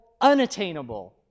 unattainable